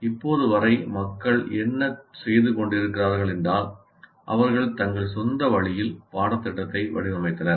இப்போது வரை மக்கள் என்ன செய்து கொண்டிருக்கிறார்கள் என்றால் அவர்கள் தங்கள் சொந்த வழியில் பாடத்திட்டத்தை வடிவமைத்தனர்